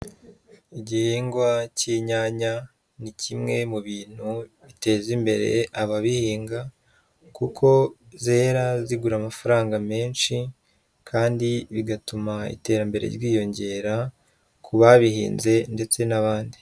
Igihingwa cy'inyanya ni kimwe mu bintu biteza imbere ababihinga kuko zera zigura amafaranga menshi, kandi bigatuma iterambere ryiyongera ku babihinze ndetse n'abandi.